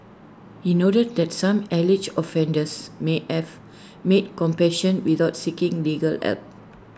he noted that some alleged offenders may have made competion without seeking legal help